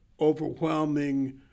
overwhelming